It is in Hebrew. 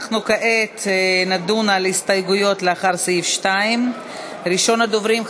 אנחנו נדון כעת בהסתייגויות לאחרי סעיף 2. ראשון הדוברים,